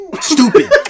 stupid